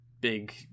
big